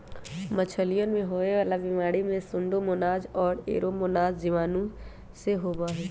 मछलियन में होवे वाला बीमारी में सूडोमोनाज और एयरोमोनास जीवाणुओं से होबा हई